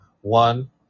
one